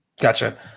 Gotcha